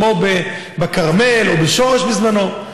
כמו בכרמל או בשורש בזמנו,